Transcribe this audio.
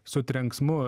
su trenksmu